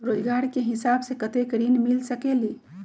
रोजगार के हिसाब से कतेक ऋण मिल सकेलि?